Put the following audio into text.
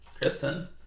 Kristen